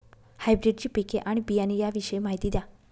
हायब्रिडची पिके आणि बियाणे याविषयी माहिती द्या